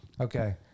Okay